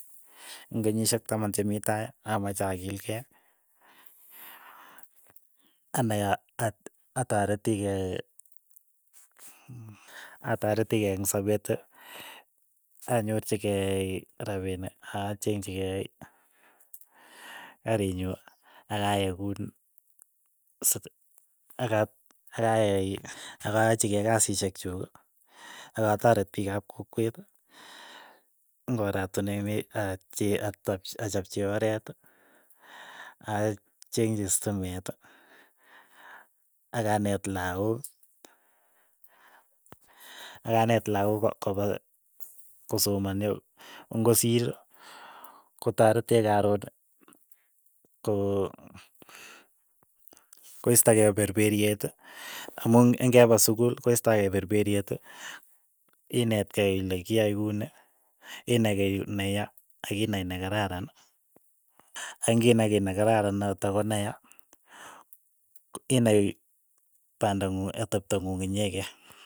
Ing'enyishek taman che mii tai amache akilkei, anai a- a- atareti kei ataretii kei eng' sapet anyorchikei rapinik, achengchikei karit nyu, akayai kuni, asi akayai akayachikei kasishek chuuk, akataret piik ap kokwet, ing'oratinemii ak che atap achapchi oreet achekchi stimet, akaneet lakok, akaneet lakok kopa kosomany, ko ng'osiir. kotaretech karon ko- koistakei perperiet amu ng'epa sukul ko istakei perperyet inetkei ile kiyae kuni, inai kei ne ya, ak inai ne kararan, ang'inai kiy nekararan ata koneya inai panda ng'ung atepto ng'ung inyekei.